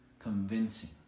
Convincing